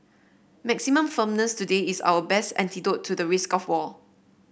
maximum firmness today is our best antidote to the risk of war